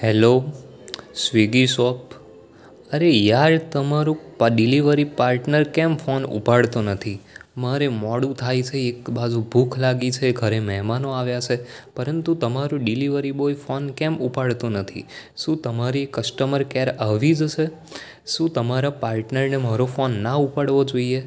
hello Swiggy shop અરે યાર તમારું ડિલિવરી પાટર્નર કેમ ફોન ઉપાડતો નથી મારે મોડું થાય છે એક બાજું ભૂખ લાગી છે ઘરે મેહમાનો આવ્યા છે પરંતુ તમારો ડિલિવરી બોય ફોન કેમ ઉપાડતો નથી શું તમારી કસ્ટમર કેર આવી જ છે શું તમારા પાર્ટનરે મારો ફોન ના ઉપાડવો જોઈએ